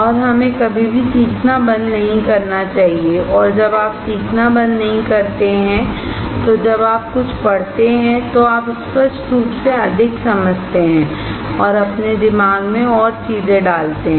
और हमें कभी भी सीखना बंद नहीं करना चाहिए और जब आप सीखना बंद नहीं करते हैं तो जब आप कुछ पढ़ते हैं तो आप स्पष्ट रूप से अधिक समझते हैं और अपने दिमाग में और चीजें डालते हैं